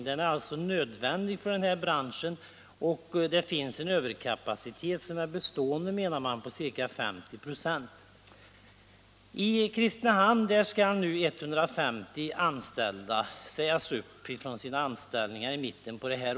Det finns, menar man, en bestående överkapacitet på ca 50 926. I Kristinehamn skall 150 anställda sägas upp från sina jobb i mitten av detta år.